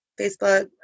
Facebook